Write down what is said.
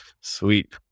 Sweet